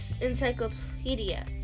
encyclopedia